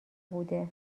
بوده